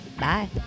Bye